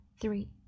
Three